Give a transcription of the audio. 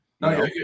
No